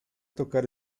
tocar